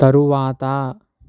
తరువాత